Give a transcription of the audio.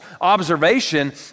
observation